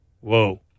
Whoa